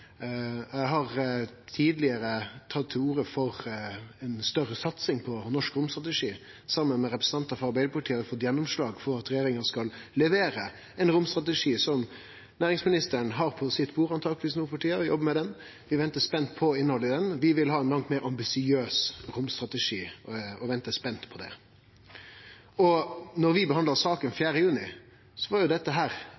Eg har tidlegare tatt til orde for ei større satsing på norsk romstrategi. Saman med representantar frå Arbeidarpartiet har vi fått gjennomslag for at regjeringa skal levere ein romstrategi, som næringsministeren antakeleg har på bordet sitt og jobbar med no for tida. Vi ventar spent på innhaldet i han. Vi vil ha ein langt meir ambisiøs romstrategi og ventar spent på det. Da vi behandla saka